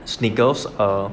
sneakers err